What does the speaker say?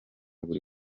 buri